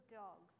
dog